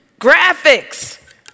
graphics